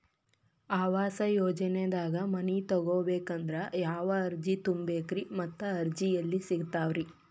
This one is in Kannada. ಆವಾಸ ಯೋಜನೆದಾಗ ಮನಿ ತೊಗೋಬೇಕಂದ್ರ ಯಾವ ಅರ್ಜಿ ತುಂಬೇಕ್ರಿ ಮತ್ತ ಅರ್ಜಿ ಎಲ್ಲಿ ಸಿಗತಾವ್ರಿ?